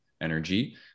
energy